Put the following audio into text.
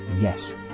Yes